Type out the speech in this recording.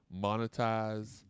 monetize